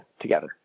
together